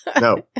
No